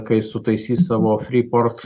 kai sutaisys savo free port